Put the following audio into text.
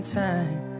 time